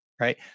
right